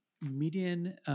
median